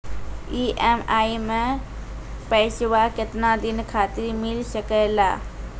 EMI मैं पैसवा केतना दिन खातिर मिल सके ला?